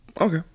Okay